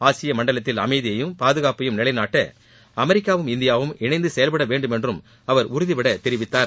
ஆசிய மண்டலத்தில் அமைதியையும் பாதுகாப்பையும் நிலைநாட்ட அமெரிக்காவும் இந்தியாவும் இணைந்து செயல்பட செயல்பட வேண்டும் என்றும் அவர் உறுதிபட தெரிவித்தார்